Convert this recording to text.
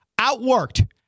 Outworked